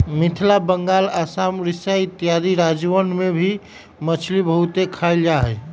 मिथिला बंगाल आसाम उड़ीसा इत्यादि राज्यवन में भी मछली बहुत खाल जाहई